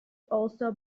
also